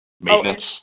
maintenance